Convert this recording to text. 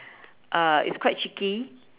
uh it's quite cheeky